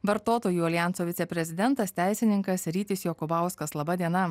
vartotojų aljanso viceprezidentas teisininkas rytis jokubauskas laba diena